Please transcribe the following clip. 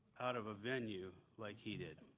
out of a venue like he did.